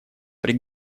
при